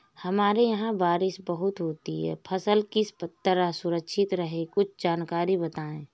हमारे यहाँ बारिश बहुत होती है फसल किस तरह सुरक्षित रहे कुछ जानकारी बताएं?